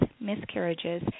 miscarriages